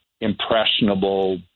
impressionable